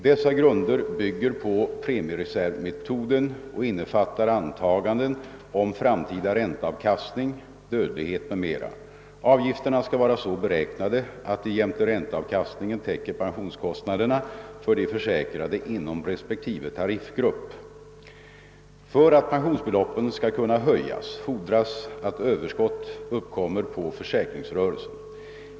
Dessa grunder bygger på premiereservmetoden och innefattar antaganden om framtida ränteavkastning, För att pensionsbeloppen skall kunna höjas fordras att överskott uppkommer på försäkringsrörelsen.